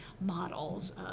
models